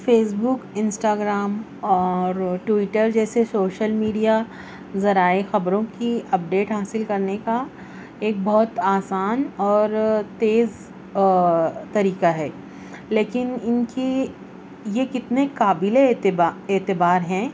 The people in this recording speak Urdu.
فیس بک انسٹاگرام اور ٹویٹر جیسے سوشل میڈیا ذرائع خبروں کی اپڈیٹ حاصل کرنے کا ایک بہت آسان اور تیز طریقہ ہے لیکن ان کی یہ کتنے قابل اعتبار ہیں